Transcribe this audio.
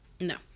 No